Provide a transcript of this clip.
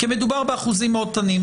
כי מדובר באחוזים מאוד קטנים,